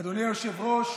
אדוני היושב-ראש,